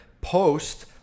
post